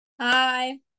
Hi